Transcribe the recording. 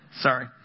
sorry